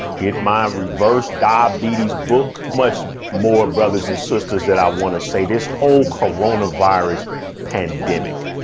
get my reverse diabetes book much more brothers and sisters that i want to say this whole corona virus pandemic,